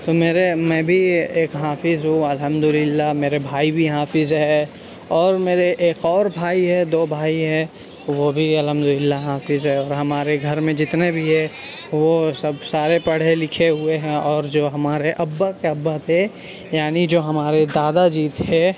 میرے میں بھی ایک حافظ ہوں الحمد للہ میرے بھائی بھی حافظ ہے اور میرے ایک اور بھائی ہے دو بھائی ہے وہ بھی الحمد للہ حافظ ہے اور ہمارے گھر میں جتنے بھی ہے وہ سب سارے پڑھے لکھے ہوئے ہیں اور جو ہمارے ابا کے ابا تھے یعنی جو ہمارے دادا جی تھے